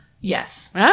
Yes